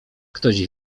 ktoś